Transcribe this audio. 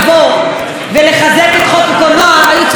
הקולנוע היו צריכים להיות אלה שיושבים מצד ימין.